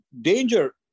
danger